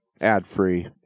ad-free